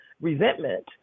resentment